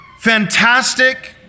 Fantastic